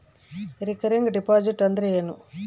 Recurring deposit ಅಂದರೇನು?